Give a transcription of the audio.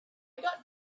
got